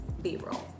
b-roll